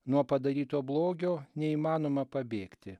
nuo padaryto blogio neįmanoma pabėgti